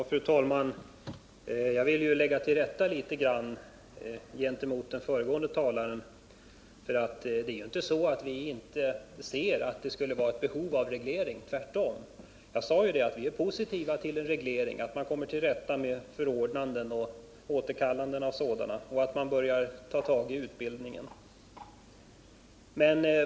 Fru talman! Jag vill göra ett tillrättaläggande gentemot den föregående talaren. Det är inte så att vi inte anser att det skulle vara något behov av reglering. Tvärtom sade jag ju att vi är positiva till en reglering och att man kommer till rätta med både förordnanden och återkallande av sådana liksom att man börjar ta tag i utbildningen.